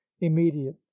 immediate